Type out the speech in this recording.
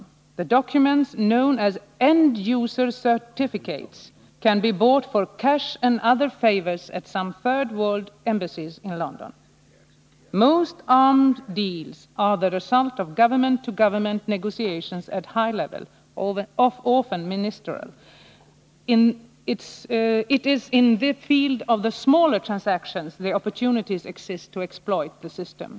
—-- The documents, known as end-user certificates, can be bought for cash and other favours at some Third World embassies in London. --- Most arms deals are the result of government-to-government negotiations at a high level, often ministerial. It isin the field of the smaller transactions that opportunities exist to exploit the system.